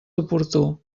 oportú